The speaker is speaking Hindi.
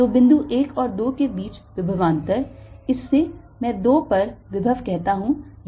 तो बिंदु 1 और 2 के बीच विभवांतर इसे मैं 2 पर विभव कहता हूं यह 1 पर विभव है